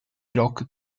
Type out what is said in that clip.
rock